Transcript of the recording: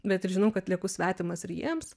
bet ir žinau kad lieku svetimas ir jiems